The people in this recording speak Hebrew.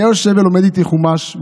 היה לומד איתי חומש,